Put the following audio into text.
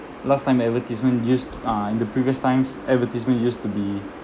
last time advertisement used the previous times advertisement used to be